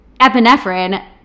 epinephrine